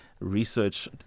research